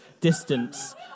distance